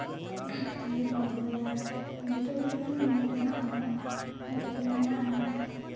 ᱟᱹᱰᱤ ᱠᱚ ᱱᱟᱯᱟᱭᱟ ᱡᱚᱛᱚ ᱠᱤᱪᱷᱩ ᱜᱮ ᱧᱮᱞ ᱛᱮᱱᱟᱜ ᱢᱮᱱᱟᱜᱼᱟ ᱛᱟᱨᱯᱚᱨᱮ ᱢᱮᱱᱟᱜᱼᱟ